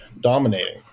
dominating